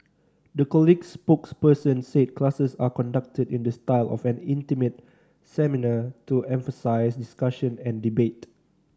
the college's spokesperson said classes are conducted in the style of an intimate seminar to emphasise discussion and debate